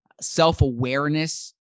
self-awareness